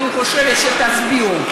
אני חושבת שתצביעו.